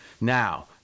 Now